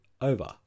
over